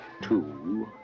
Two